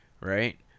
right